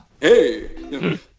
Hey